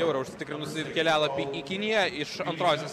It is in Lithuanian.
jau yra užsitikrinusi ir kelialapį į kiniją iš antrosios